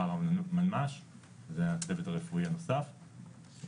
זה הצוות הרפואי הנוסף,